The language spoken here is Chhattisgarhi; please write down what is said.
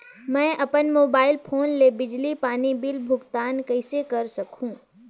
मैं अपन मोबाइल फोन ले बिजली पानी बिल भुगतान कइसे कर सकहुं?